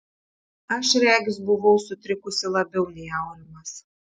aš regis buvau sutrikusi labiau nei aurimas